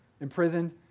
imprisoned